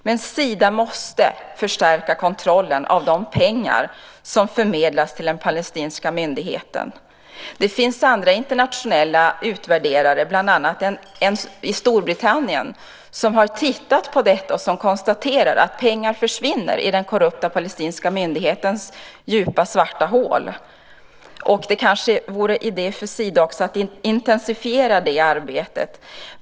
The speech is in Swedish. Men Sida måste förstärka kontrollen av de pengar som förmedlas till den palestinska myndigheten. Det finns andra internationella utvärderare, bland annat en i Storbritannien, som har tittat närmare på detta och som konstaterar att pengar försvinner i den korrupta palestinska myndighetens djupa svarta hål. Det kanske vore idé för Sida att också intensifiera det arbetet.